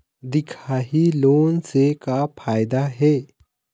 दिखाही लोन से का फायदा हे?